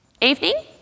Evening